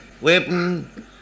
weapon